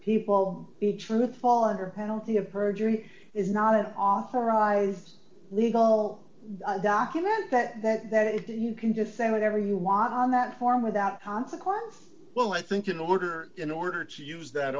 people the truth fall under penalty of perjury is not an offer arise legal document that that that you can just say whatever you want on that form without consequences well i think in order in order to use that